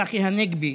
צחי הנגבי,